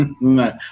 No